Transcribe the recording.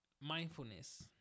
mindfulness